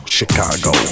Chicago